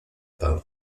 pan